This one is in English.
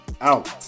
out